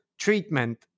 treatment